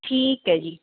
ਠੀਕ ਹੈ ਜੀ